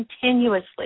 continuously